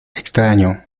extraño